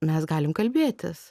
mes galim kalbėtis